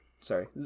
sorry